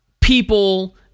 people